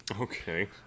Okay